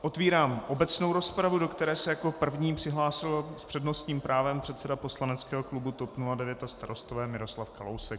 Otvírám obecnou rozpravu, do které se jako první přihlásil s přednostním právem předseda poslaneckého klubu TOP 09 a Starostové Miroslav Kalousek.